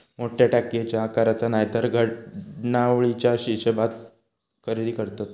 मोठ्या टाकयेच्या आकाराचा नायतर घडणावळीच्या हिशेबात खरेदी करतत